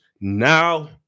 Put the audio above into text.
now